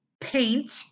paint